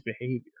behavior